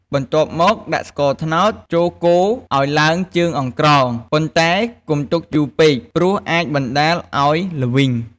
បន្ទាប់មកដាក់ស្ករត្នោតចូលកូរឱ្យឡើងជើងអង្រ្កង ប៉ុន្តែកុំទុកយូរពេកព្រោះអាចបណ្តាលឱ្យល្វីង។